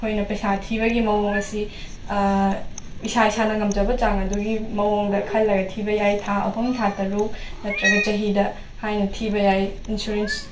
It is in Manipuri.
ꯑꯩꯈꯣꯏꯅ ꯄꯩꯁꯥ ꯊꯤꯕꯒꯤ ꯃꯑꯣꯡ ꯑꯁꯤ ꯏꯁꯥ ꯏꯁꯥꯅ ꯉꯝꯖꯕ ꯆꯥꯡ ꯑꯗꯨꯒꯤ ꯃꯑꯣꯡꯗ ꯈꯜꯂꯒ ꯊꯤꯕ ꯌꯥꯏ ꯊꯥ ꯑꯍꯨꯝ ꯊꯥ ꯇꯔꯨꯛ ꯅꯠꯇ꯭ꯔꯒ ꯆꯍꯤꯗ ꯍꯥꯏꯅ ꯊꯤꯕ ꯌꯥꯏ ꯏꯟꯁꯨꯔꯦꯟꯁ